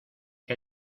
que